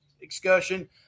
excursion